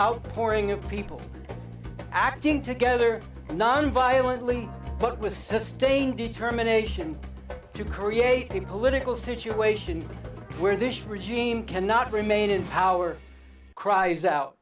outpouring of people acting together nonviolently but with the staying determination to create a political situation where this regime cannot remain in power cries out